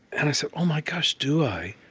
and i said, oh my gosh, do i?